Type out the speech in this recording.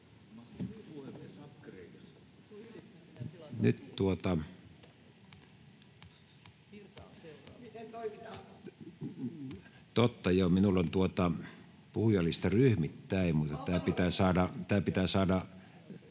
toimitaan?] — Totta. Minulla on puhujalista ryhmittäin, mutta tämä pitää saada